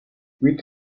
huit